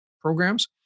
programs